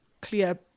clear